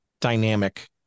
dynamic